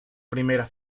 primera